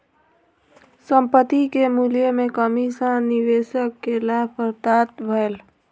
संपत्ति के मूल्य में कमी सॅ निवेशक के लाभ प्राप्त भेल